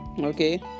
okay